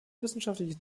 wissenschaftliche